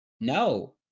no